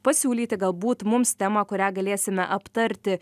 pasiūlyti galbūt mums temą kurią galėsime aptarti